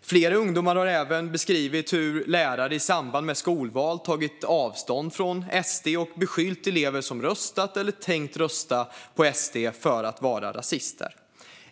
Flera ungdomar har även beskrivit hur lärare i samband med skolval tagit avstånd från SD och beskyllt elever som röstat eller tänkt rösta på SD för att vara rasister.